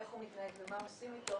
איך הוא מתנהג ומה עושים איתו,